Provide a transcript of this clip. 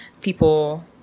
People